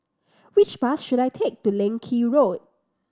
which bus should I take to Leng Kee Road